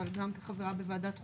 ואני גם חברה בוועדת חוקה.